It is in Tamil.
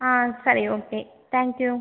ஆ சரி ஓகே தேங்க்யூ